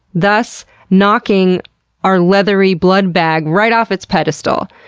thus knocking our leathery blood bag right off its pedestal.